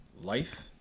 life